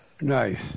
Nice